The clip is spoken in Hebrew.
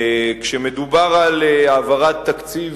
כשמדובר על העברת תקציב